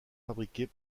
fabriquées